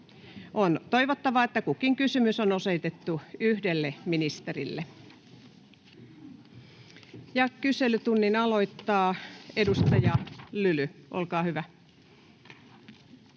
On toivottavaa, että kukin kysymys on osoitettu yhdelle ministerille. Kyselytunnin aloittaa edustaja Lyly, olkaa hyvä.